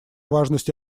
важность